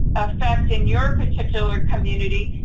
effect in your particular community.